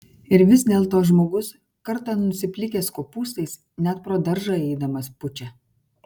ir vis dėlto žmogus kartą nusiplikęs kopūstais net pro daržą eidamas pučia